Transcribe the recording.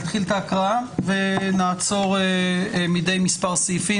נתחיל את ההקראה ונעצור מדי מספר סעיפים